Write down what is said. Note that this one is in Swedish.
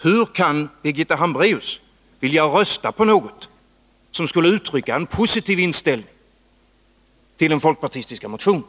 Hur kan Birgitta Hambraeus vilja rösta på något som skulle uttrycka en positiv inställning till den folkpartistiska motionen?